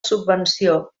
subvenció